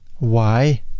why?